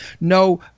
No